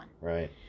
Right